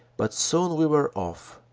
but soon we were off,